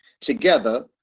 together